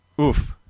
Oof